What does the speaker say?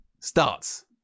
starts